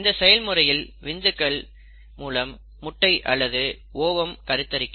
இந்த செயல்முறையில் விந்துக்கள் மூலம் முட்டை அல்லது ஒவம் கருத்தரிக்கும்